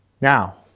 Now